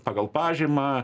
pagal pažymą